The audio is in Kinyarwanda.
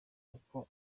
kuko